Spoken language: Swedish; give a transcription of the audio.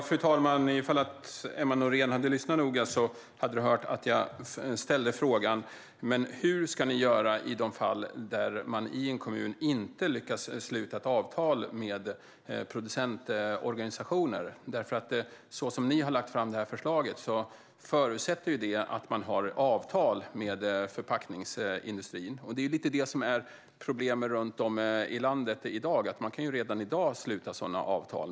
Fru talman! Om Emma Nohrén hade lyssnat noga hade hon hört att jag ställde frågan hur ni ska göra i de fall då en kommun inte lyckas sluta avtal med producentorganisationer. Så som ni har lagt fram detta förslag förutsätter det att man har avtal med förpackningsindustrin. Det är lite det som är problemet runt om i landet redan i dag. Man kan redan i dag sluta sådana avtal.